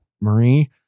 Marie